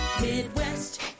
Midwest